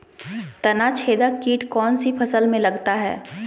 तनाछेदक किट कौन सी फसल में लगता है?